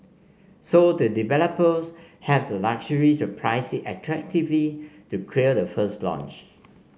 so the developers have the luxury to price it attractively to the first launch